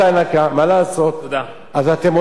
אז אתם רואים שיש פה גם אפליה,